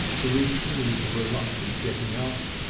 the routine of reluctant getting up,